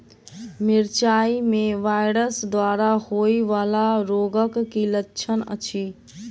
मिरचाई मे वायरस द्वारा होइ वला रोगक की लक्षण अछि?